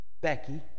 Becky